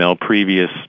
previous